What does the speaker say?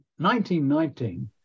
1919